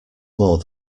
more